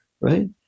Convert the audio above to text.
right